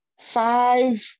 five